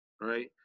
right